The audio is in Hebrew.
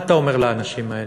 מה אתה אומר לאנשים האלה?